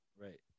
Right